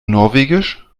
norwegisch